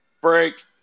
Break